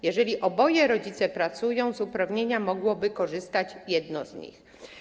Jeżeli oboje rodzice pracują, z uprawnienia mogłoby korzystać jedno z nich.